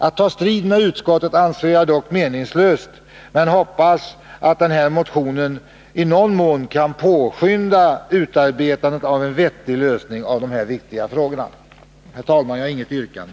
Att ta strid med utskottet anser jag vara meningslöst, men jag hoppas att den här motionen i någon mån kan påskynda utarbetandet av en vettig lösning av dessa viktiga frågor. Herr talman! Jag har inget yrkande.